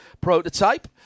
prototype